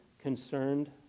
concerned